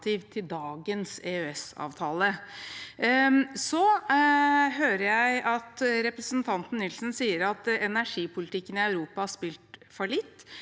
til dagens EØS-avtale. Så hører jeg at representanten Nilsen sier at energipolitikken i Europa har spilt fallitt.